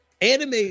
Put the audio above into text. anime